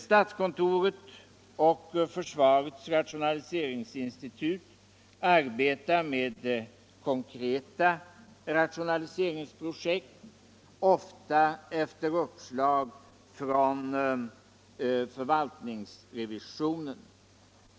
Statskontoret och försvarets rationaliseringsinstitut arbetar med konkreta rationaliseringsprojekt, ofta efter uppslag från förvaltningsrevisionen.